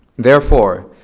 therefore,